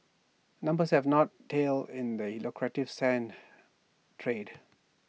numbers have not tail in the E lucrative sand trade